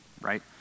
right